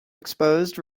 exposed